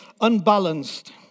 unbalanced